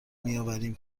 میآوریم